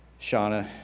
Shauna